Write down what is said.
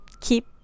keep